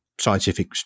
scientific